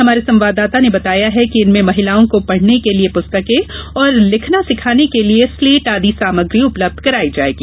हमारे संवाददाता ने बताया है कि इनमें महिलाओं को पढ़ने के लिये प्रस्तकें और लिखना सिखने के लिये स्लेट आदि सामग्री उपलब्ध कराई जायेगी